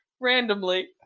Randomly